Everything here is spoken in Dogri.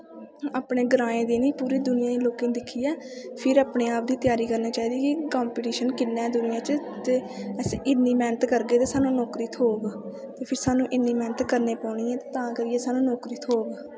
अपने ग्राएं गी निं पूरी दुनियां गी लोकें दिक्खियै फिर अपने आप दी त्यारी करनी चाहिदी कि कंपिटिशन किन्ना ऐ दुनियां च ते अस इन्नी मेह्नत करगे ते सानूं नौकरी थ्होग ते फिर सानूं इन्नी मैह्नत करनी पौनी ऐ ते तां करियै सानूं नौकरी थ्होग